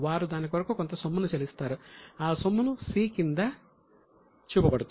వారు దాని కొరకు కొంత సొమ్మును చెల్లిస్తారు ఆ సొమ్మును 'c' అంశం కింద చూపబడుతుంది